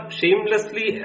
shamelessly